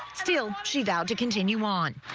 still she vowed to continue on.